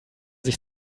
sich